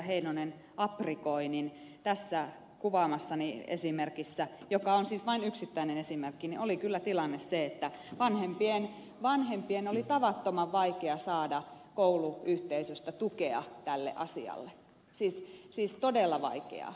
heinonen aprikoi tässä kuvaamassani esimerkissä joka on siis vain yksittäinen esimerkki oli kyllä tilanne se että vanhempien oli tavattoman vaikea saada kouluyhteisöstä tukea tälle asialle siis todella vaikea